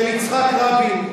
של יצחק רבין,